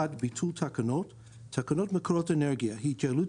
ביטול תקנות 1. תקנות מקורות אנרגיה (התייעלות